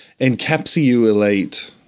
encapsulate